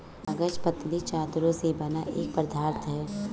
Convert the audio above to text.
कागज पतली चद्दरों से बना एक पदार्थ है